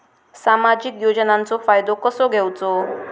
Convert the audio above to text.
सामाजिक योजनांचो फायदो कसो घेवचो?